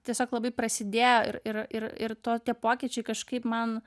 tiesiog labai prasidėjo ir ir ir to tie pokyčiai kažkaip man